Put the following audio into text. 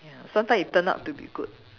ya sometimes it turn out to be good